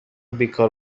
بیکار